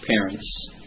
parents